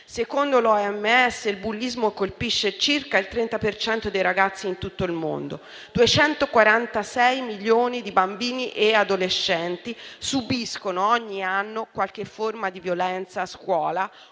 Secondo l'OMS, il bullismo colpisce circa il 30 per cento dei ragazzi in tutto il mondo: 246 milioni di bambini e adolescenti subiscono ogni anno qualche forma di violenza a scuola